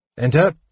Enter